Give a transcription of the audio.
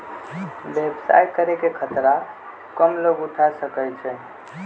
व्यवसाय करे के खतरा कम लोग उठा सकै छै